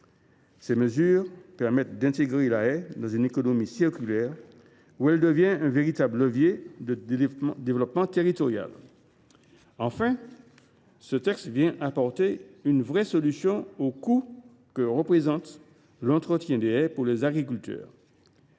Ces mesures permettent d’inscrire la haie dans une économie circulaire, où elle devient un véritable levier de développement territorial. Enfin, le présent texte apporte une vraie solution pour compenser le coût induit par l’entretien des haies pour les agriculteurs.